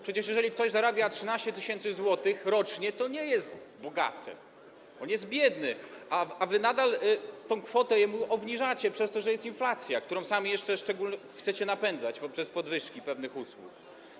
Przecież jeżeli ktoś zarabia 13 tys. zł rocznie, to nie jest bogaty, on jest biedny, a wy nadal tę kwotę mu obniżacie przez to, że jest inflacja, którą sami jeszcze chcecie napędzać poprzez podwyżki pewnych usług.